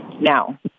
Now